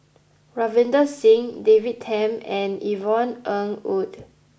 Ravinder Singh David Tham and Yvonne Ng Uhde